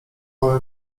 małym